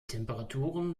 temperaturen